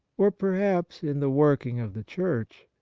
or perhaps in the working of the church.